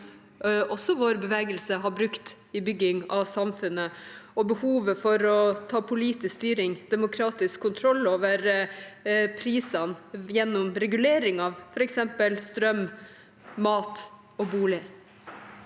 også vår bevegelse har brukt i byggingen av samfunnet og i behovet for å ta politisk styring – demokratisk kontroll over prisene gjennom reguleringer, f.eks. av strøm, mat og bolig.